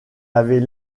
avait